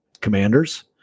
commanders